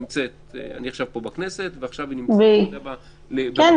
אני עכשיו פה בכנסת והיא נמצאת במקום בירושלים.